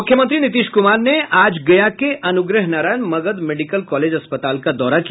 मूख्यमंत्री नीतीश कुमार ने आज गया के अनुग्रह नारायण मगध मेडिकल कॉलेज अस्पताल का दौरा किया